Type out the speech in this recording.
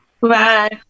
Bye